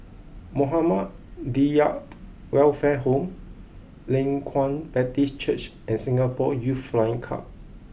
Muhammadiyah Welfare Home Leng Kwang Baptist Church and Singapore Youth Flying Club